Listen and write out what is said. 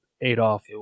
Adolf